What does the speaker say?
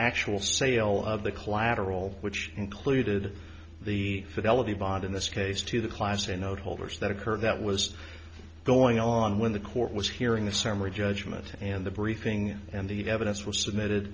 actual sale of the collateral which included the fidelity bond in this case to the class a note holders that occurred that was going on when the court was hearing the summary judgment and the briefing and the evidence was submitted